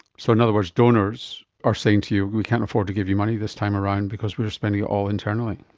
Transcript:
so in other words, donors are saying to you we can't afford to give you money this time around because we are spending it all internally.